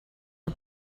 you